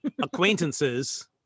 acquaintances